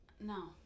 No